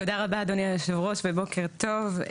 תודה רבה, אדוני היו"ר, ובוקר טוב.